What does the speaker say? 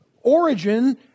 origin